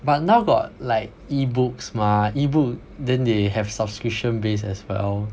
but now got like ebooks mah ebooks then they have subscription base as well